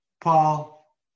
Paul